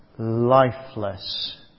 lifeless